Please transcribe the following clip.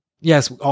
Yes